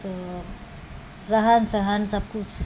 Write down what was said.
तऽ रहन सहन सभकुछ